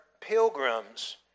pilgrims